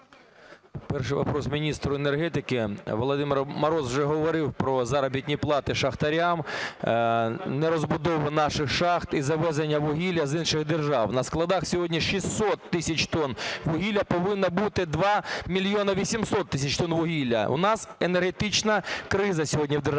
Перший вопрос міністру енергетики. Володимир Мороз вже говорив про заробітні плати шахтарям, нерозбудови наших шахт і завезення вугілля з інших держав. На складах сьогодні 600 тисяч тонн вугілля, а повинно бути 2 мільйони 800 тисяч тонн вугілля, у нас енергетична криза сьогодні в державі